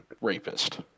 rapist